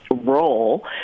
role